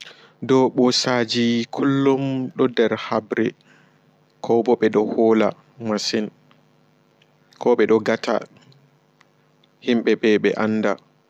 Dow ɓossaji kullum ɗo nder haɓre ko bo ɓe ɗo hoola masin ko ɓe ɗo gata himɓe ɓe ɓe annda.